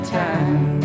time